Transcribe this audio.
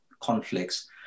conflicts